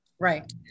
Right